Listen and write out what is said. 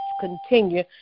continue